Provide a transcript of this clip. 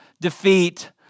defeat